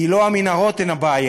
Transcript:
כי לא המנהרות הן הבעיה,